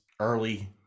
early